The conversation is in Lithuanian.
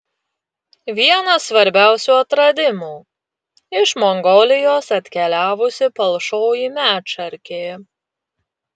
vienas svarbiausių atradimų iš mongolijos atkeliavusi palšoji medšarkė